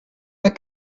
pas